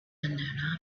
unknown